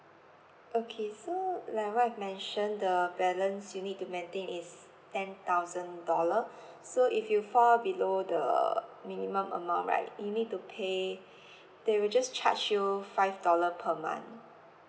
okay so like what I've mentioned the balance you need to maintain is ten thousand dollar so if you fall below the minimum amount right you need to pay they will just charge you five dollar per month